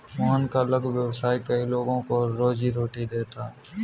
मोहन का लघु व्यवसाय कई लोगों को रोजीरोटी देता है